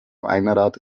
einrad